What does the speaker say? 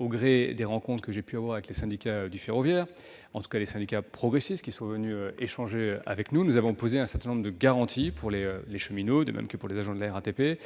au gré des rencontres que j'ai pu avoir avec les syndicats du ferroviaire, en tout cas avec les syndicats progressistes, qui sont venus échanger avec nous, nous avons posé un certain nombre de garanties pour les cheminots, de même que pour les agents de la RATP. Ces